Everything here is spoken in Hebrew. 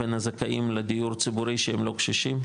בין הזכאים לדיור ציבורי שהם לא קשישים,